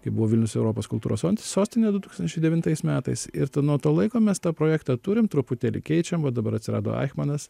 kai buvo vilnius europos kultūros sostinė du tūkstančiai devintais metais ir nuo to laiko mes tą projektą turim truputėlį keičiam va dabar atsirado aichmanas